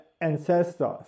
Ancestors